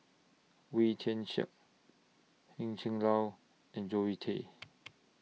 Wee Tian Siak Heng Chee and Zoe Tay